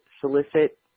solicit